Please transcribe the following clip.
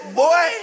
boy